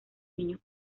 niños